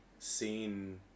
seen